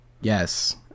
Yes